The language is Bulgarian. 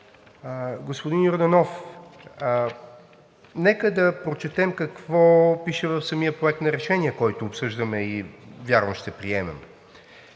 Господин Йорданов, нека да прочетем какво пише в самия проект на решение, който обсъждаме и вярвам ще приемем: